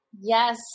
Yes